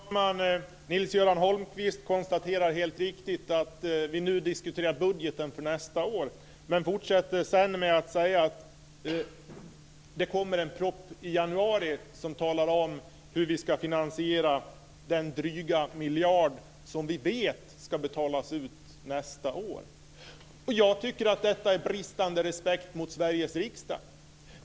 Fru talman! Nils-Göran Holmqvist konstaterar helt riktigt att vi nu diskuterar budgeten för nästa år. Han fortsätter dock med att säga att det kommer en proposition i januari som talar om hur vi ska finansiera den dryga miljard som vi vet ska betalas ut nästa år. Jag tycker att detta är bristande respekt mot Sveriges riksdag.